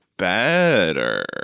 Better